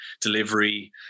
delivery